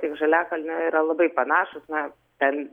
tiek žaliakalnio yra labai panašūs na ten